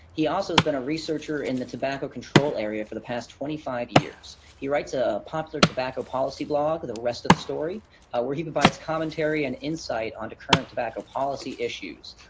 he also has been a researcher in the tobacco control area for the past twenty five years. he writes a popular tobacco policy blog with the rest of the story where he provides commentary and insight on the current tobacco policy issues,